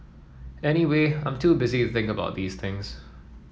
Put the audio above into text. anyway I'm too busy think about these things